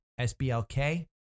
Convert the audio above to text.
SBLK